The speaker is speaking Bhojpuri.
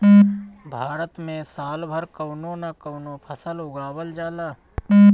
भारत में साल भर कवनो न कवनो फसल के उगावल जाला